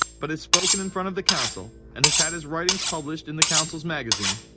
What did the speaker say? but has spoken in front of the council, and has had his writings published in the council's magazine,